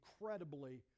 incredibly